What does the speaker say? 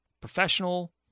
professional